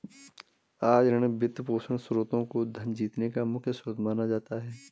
आज ऋण, वित्तपोषण स्रोत को धन जीतने का मुख्य स्रोत माना जाता है